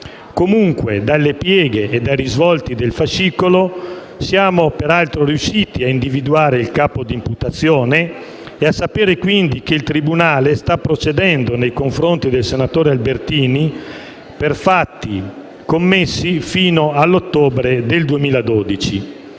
Comunque, dalle pieghe e dai risvolti del fascicolo, siamo riusciti a individuare il capo di imputazione e a sapere, quindi, che il tribunale sta procedendo nei confronti del senatore Albertini per fatti commessi fino all'ottobre del 2012,